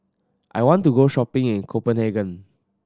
I want to go shopping in Copenhagen